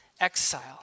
exile